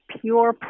pure